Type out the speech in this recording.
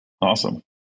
Awesome